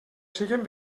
siguen